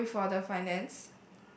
worry for the finance